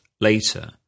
later